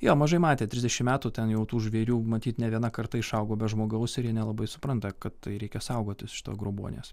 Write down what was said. jo mažai matė trisdešimt metų ten jau tų žvėrių matyt ne viena karta išaugo be žmogaus ir jie nelabai supranta kad tai reikia saugotis šito grobuonies